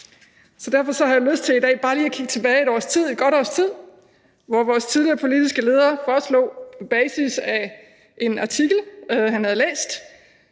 Derfor har jeg lyst til i dag bare lige at kigge godt et års tid tilbage, hvor vores tidligere politiske leder foreslog en ensartet CO2-afgift på basis af en artikel, han havde læst,